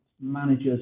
managers